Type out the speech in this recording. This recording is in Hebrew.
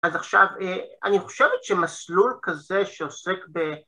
‫אז עכשיו אה... אני חושבת שמסלול כזה ‫שעוסק ב...